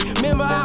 Remember